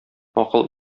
акыл